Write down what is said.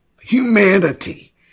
humanity